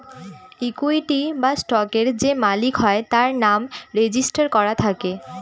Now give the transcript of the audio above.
equity বা স্টকের যে মালিক হয় তার নাম রেজিস্টার করা থাকে